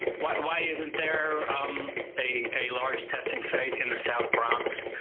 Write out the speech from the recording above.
why why isn't there a large testing site in the south bronx?